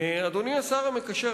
אדוני השר המקשר,